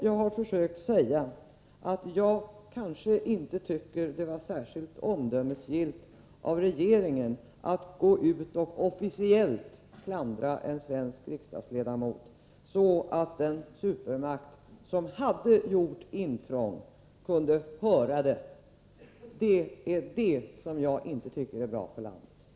Jag har försökt säga att det kanske inte var särskilt omdömesgillt av regeringen att officiellt klandra en svensk riksdagsledamot så att en supermakt som hade gjort intrång kunde höra det. Detta var enligt min uppfattning inte bra för landet.